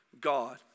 God